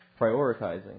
prioritizing